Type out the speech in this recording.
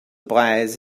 preis